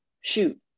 shoot